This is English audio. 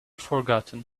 forgotten